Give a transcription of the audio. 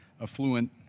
affluent